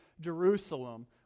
Jerusalem